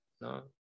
no